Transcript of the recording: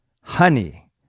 honey